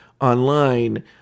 online